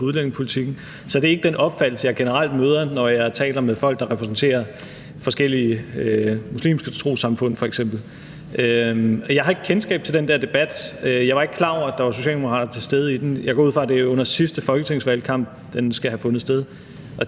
udlændingepolitikken, så er det ikke den opfattelse, jeg generelt møder, når jeg taler med folk, der repræsenterer forskellige muslimske trossamfund f.eks. Og jeg har ikke kendskab til den der debat. Jeg var ikke klar over, at der var socialdemokrater til stede. Jeg går ud fra, at det er under sidste folketingsvalgkamp, at den skal have fundet sted, og